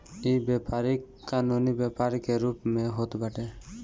इ व्यापारी कानूनी व्यापार के रूप में होत बाटे